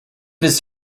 his